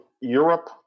Europe